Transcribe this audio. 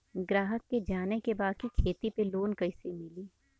ग्राहक के जाने के बा की खेती पे लोन कैसे मीली?